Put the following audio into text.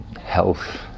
health